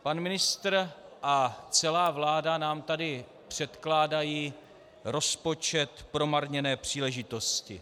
Pan ministr a celá vláda nám tady předkládají rozpočet promarněné příležitosti.